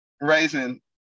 raising